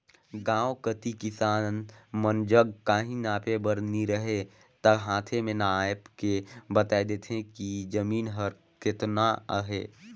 गाँव कती किसान मन जग काहीं नापे बर नी रहें ता हांथे में नाएप के बताए देथे कि जमीन हर केतना अहे